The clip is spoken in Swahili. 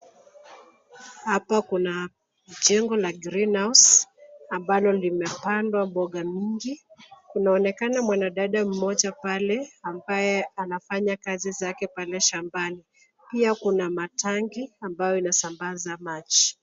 Hapo kuna jengo la green house ambalo limepandwa mboga mingi. Kunaonekana mwanadada mmoja pale ambaye anafanya kazi zake pale shambani. Pia kuna matangi ambayo yanasambaza maji.